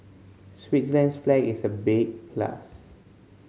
Switzerland's flag is a big plus